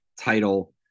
title